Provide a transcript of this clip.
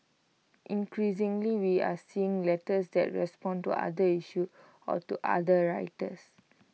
increasingly we are seeing letters that respond to other issues or to other writers